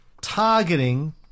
targeting